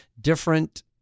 different